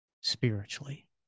spiritually